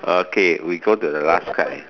okay we go to the last part